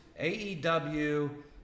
AEW